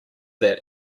that